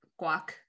guac